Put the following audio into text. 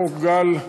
חוק גל,